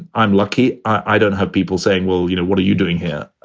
i'm lucky i don't have people saying, well, you know, what are you doing here?